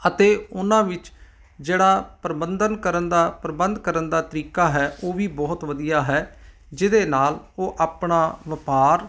ਅਤੇ ਉਹਨਾਂ ਵਿੱਚ ਜਿਹੜਾ ਪ੍ਰਬੰਧਨ ਕਰਨ ਦਾ ਪ੍ਰਬੰਧ ਕਰਨ ਦਾ ਤਰੀਕਾ ਹੈ ਉਹ ਵੀ ਬਹੁਤ ਵਧੀਆ ਹੈ ਜਿਹਦੇ ਨਾਲ ਉਹ ਆਪਣਾ ਵਪਾਰ